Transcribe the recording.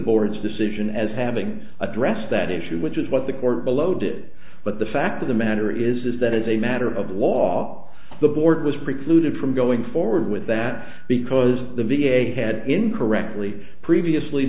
board's decision as having addressed that issue which is what the court below did but the fact of the matter is that as a matter of law the board was precluded from going forward with that because the v a had incorrectly previously